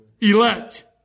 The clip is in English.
Elect